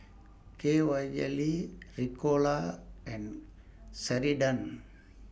K Y Jelly Ricola and Ceradan